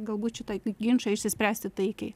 galbūt šitą ginčą išsispręsti taikiai